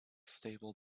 stable